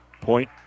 Point